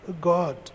God